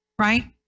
Right